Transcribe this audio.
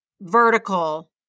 vertical